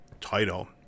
title